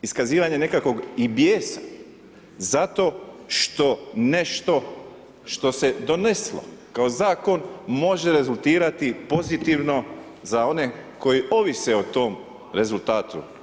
Iskazivanje nekakvog i bijesa, zato što nešto, što se je doneslo, kao zakon, može rezultirati kao pozitivno, za one koji ovise o tom rezultatu.